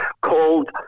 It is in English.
called